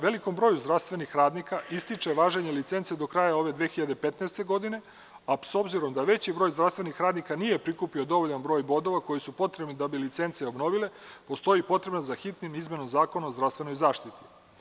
Velikom broju zdravstvenih radnika ističe važenje licence do kraja ove 2015. godine, a s obzirom da veći broj zdravstvenih radnika nije prihvatio dovoljan broj bodova koji su potrebni da bi obnovili licence postoji potreba za hitnom izmenom Zakona o zdravstvenoj zaštiti.